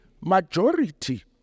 majority